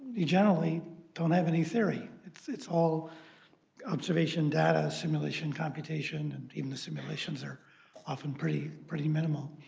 you generally don't have any theory. it's it's all observation, data simulation, computation, and even the simulations are often pretty pretty minimal.